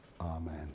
amen